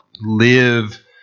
live